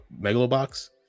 Megalobox